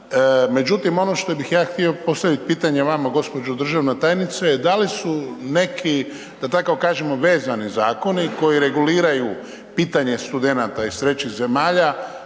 Međutim ono što bih ja htio postaviti pitanje vama gđo. državna tajnice je da li su neki da tako kažemo, vezani zakoni koji reguliraju pitanje studenata iz trećih zemalja,